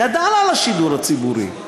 גדל על השידור הציבורי.